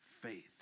faith